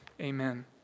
Amen